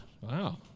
Wow